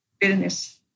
business